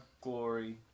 glory